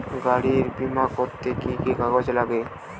গাড়ীর বিমা করতে কি কি কাগজ লাগে?